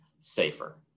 safer